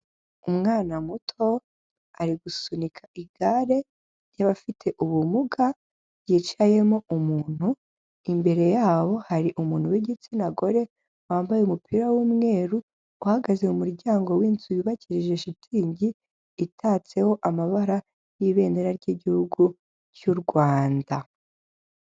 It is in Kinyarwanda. Umwana muto ari gusunika igare ry'abafite ubumuga ryicayemo umuntu, imbere yabo hari umuntu w'igitsina gore wambaye umupira w'umweru uhagaze mu muryango w'inzu yubakishije shitingi, itatseho amabara y'ibendera ry'igihugu cy'u Rwanda.